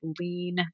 lean